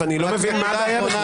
מה לעשות